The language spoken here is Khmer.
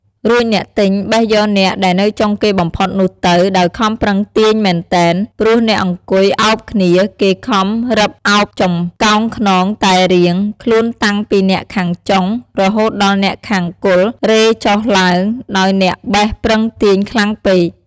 រួចអ្នកទិញបេះយកអ្នក ដែលនៅចុងគេបំផុតនោះទៅ ដោយខំប្រឹងទាញមែនទែន ព្រោះអ្នកអង្គុយឱបគ្នាគេខំរឹបឱបចំកោងខ្នងតែរៀង ខ្លួនតាំងពីអ្នកខាងចុងរហូតដល់អ្នកខាងគល់ រេចុះឡើង ដោយអ្នកបេះប្រឹងទាញខ្លាំងពេក ។